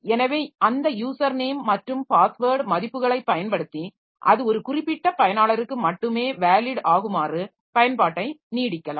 எனவே அந்த user name மற்றும் பாஸ்வேர்ட் மதிப்புகளைப் பயன்படுத்தி அது ஒரு குறிப்பிட்ட பயனாளருக்கு மட்டுமே வேலிட் ஆகுமாறு பயன்பாட்டை நீட்டிக்கலாம்